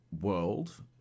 world